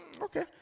okay